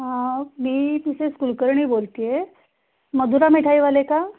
हां मी मिसेस कुलकर्णी बोलते आहे मधुरा मिठाईवाले का